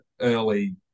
early